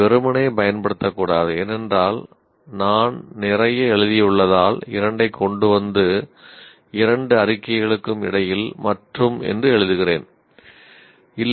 இதை வெறுமனே பயன்படுத்தக்கூடாது "ஏனென்றால் நான் நிறைய எழுதியுள்ளதால் இரண்டைக் கொண்டு வந்து இரண்டு அறிக்கைகளுக்கும் இடையில் மற்றும் என்று எழுதுகிறேன்"